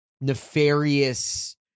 nefarious